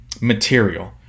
material